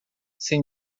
sem